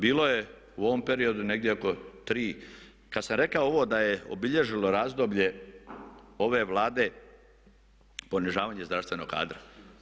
Bilo je u ovom periodu negdje oko tri, kad sam rekao ovo da je obilježilo razdoblje ove Vlade ponižavanje zdravstvenog kadra.